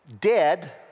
dead